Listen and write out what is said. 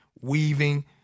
weaving